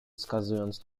wskazując